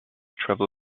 travel